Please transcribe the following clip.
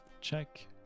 check